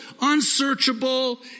unsearchable